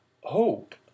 Hope